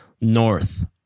north